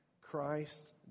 Christ